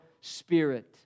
spirit